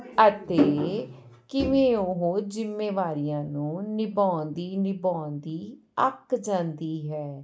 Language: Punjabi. ਅਤੇ ਕਿਵੇਂ ਉਹ ਜ਼ਿੰਮੇਵਾਰੀਆਂ ਨੂੰ ਨਿਭਾਉਂਦੀ ਨਿਭਾਉਂਦੀ ਅੱਕ ਜਾਂਦੀ ਹੈ